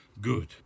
Good